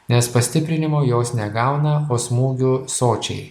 nes pastiprinimo jos negauna o smūgių sočiai